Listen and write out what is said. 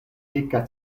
dika